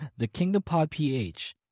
theKingdompodPH